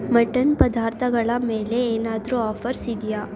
mutton ಪದಾರ್ಥಗಳ ಮೇಲೆ ಏನಾದರೂ ಆಫರ್ಸ್ ಇದೆಯಾ